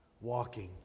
walking